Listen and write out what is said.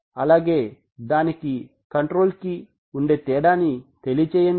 అలాగే దానికి కంట్రోల్ కి ఉండే తేడా ని తెలియచేయండి